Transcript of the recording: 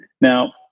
Now